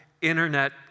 internet